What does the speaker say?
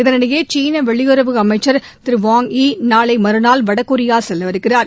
இதனிடையே சீன வெளியுறவு அமைச்சர் திரு வாங் யீ நாளை மற்நாள் வடகொரியா செல்லயிருக்கிறார்